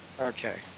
Okay